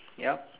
yup